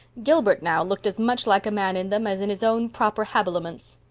gilbert, now, looked as much like a man in them as in his own proper habiliments.